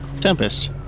Tempest